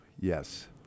Yes